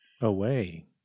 away